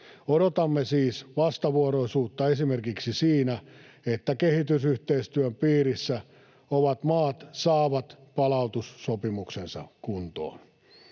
Odotamme siis vastavuoroisuutta esimerkiksi siinä, että kehitysyhteistyön piirissä olevat maat saavat palautussopimuksensa kuntoon.